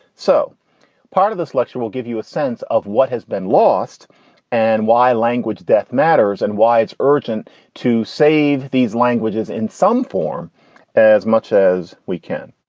so part of this lecture will give you a sense of what has been lost and why language death matters and why it's urgent to save these languages in some form as much as we can.